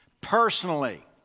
personally